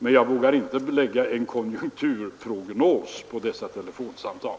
Men jag vågar inte bygga en konjunkturprognos på dessa telefonsamtal.